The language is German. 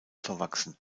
verwachsen